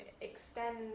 extend